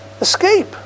escape